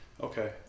Okay